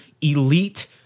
elite